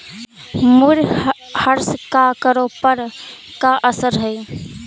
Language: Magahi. मूल्यह्रास का करों पर का असर हई